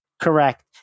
Correct